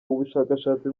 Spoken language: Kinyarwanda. ubushakashatsi